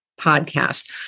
podcast